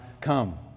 come